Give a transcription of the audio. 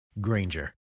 Granger